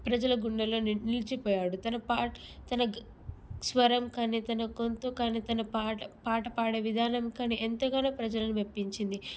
ప్రజల గుండెల్లోని నిలిచిపోయాడు తన పాట తన స్వరం కానీ తన గొంతు కానీ తన పాట పాట పాడే విధానం కానీ ఎంతగానో ప్రజలను మెప్పించింది